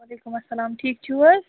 وعلیکُم اَسَلام ٹھیٖک چھِو حظ